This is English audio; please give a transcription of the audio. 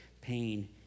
pain